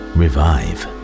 revive